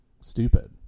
stupid